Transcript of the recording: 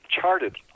charted